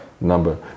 number